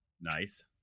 Nice